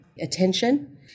attention